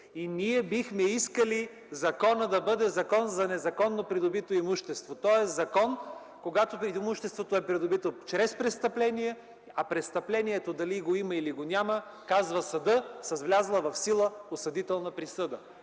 Ние бихме искали законът да бъде Закон за незаконно придобито имущество, тоест закон, когато имуществото е придобито чрез престъпление, а престъплението дали го има, или го няма, казва съдът с влязла в сила осъдителна присъда!